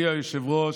אדוני היושב-ראש,